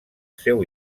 seu